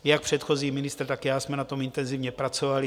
Jak předchozí ministr, tak já jsme na tom intenzivně pracovali.